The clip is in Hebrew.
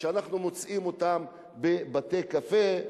בבתי-קפה,